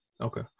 Okay